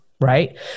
right